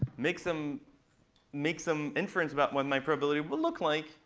make some make some inference about what my probability will look like,